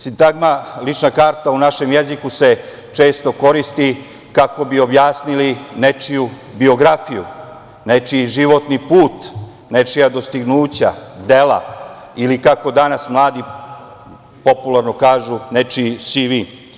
Sintagma lična karta u našem jeziku se često koristi kako bi objasnili nečiju biografiju, nečiji životni put, nečija dostignuća, dela, ili kako danas mladi popularno kažu, nečiji CV.